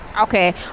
Okay